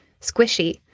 squishy